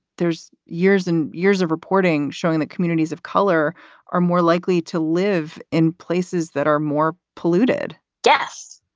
there's years and years of reporting showing that communities of color are more likely to live in places that are more polluted yes,